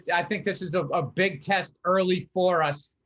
i think this is ah a big test early for us